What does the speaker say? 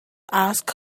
ask